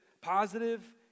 positive